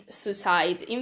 suicide